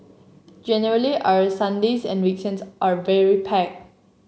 generally our Sundays and weekends are very packed